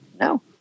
No